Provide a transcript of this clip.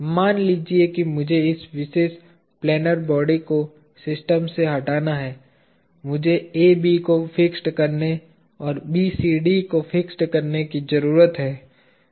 मान लीजिए कि मुझे इस विशेष प्लैनर बॉडी को सिस्टम से हटाना है मुझे AB को फिक्स करने और BCD को फिक्स करने की जरूरत है